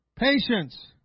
Patience